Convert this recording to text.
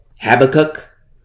Habakkuk